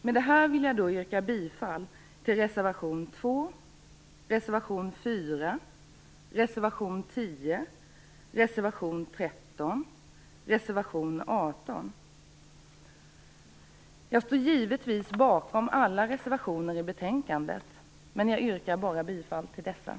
Med detta vill jag yrka bifall till reservationerna 2, 4, 10, 13 och 18. Jag står givetvis bakom alla reservationer till betänkandet, men jag yrkar bifall enbart till dem. Tack.